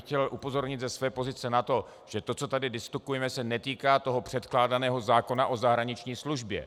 Chtěl bych upozornit ze své pozice na to, že to, co tady diskutujeme, se netýká předkládaného zákona o zahraniční službě.